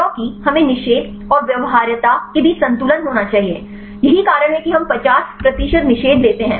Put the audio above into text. क्योंकि हमें निषेध और व्यवहार्यता के बीच संतुलन होना चाहिए यही कारण है कि हम 50 प्रतिशत निषेध लेते है